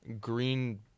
Green